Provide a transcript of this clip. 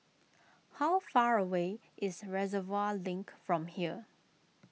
how far away is Reservoir Link from here